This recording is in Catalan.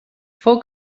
fou